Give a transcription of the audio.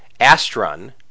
Astron